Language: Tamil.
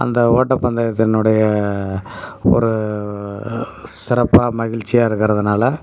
அந்த ஓட்ட பந்தயத்தினுடைய ஒரு சிறப்பாக மகிழ்ச்சியாக இருக்கிறதுனால